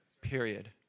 Period